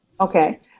Okay